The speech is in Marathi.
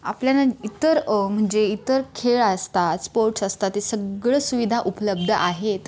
आपल्याला ना इतर म्हणजे इतर खेळ असतात स्पोर्ट्स असतात ते सगळं सुविधा उपलब्ध आहेत